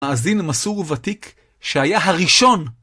מאזין מסור וותיק שהיה הראשון